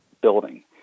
building